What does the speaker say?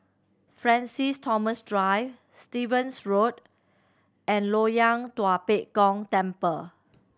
Francis Thomas Drive Stevens Road and Loyang Tua Pek Kong Temple